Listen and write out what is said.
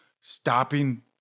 stopping